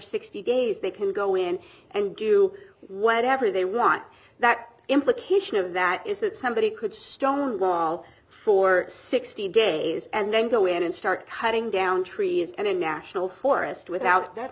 sixty days they can go in and do whatever they want that implication of that is that somebody could stonewall for sixty days and then go in and start cutting down trees and in national forest without that